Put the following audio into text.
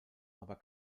aber